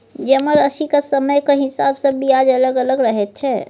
जमाराशिक समयक हिसाब सँ ब्याज अलग अलग रहैत छै